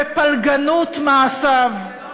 ופלגנות מעשיו.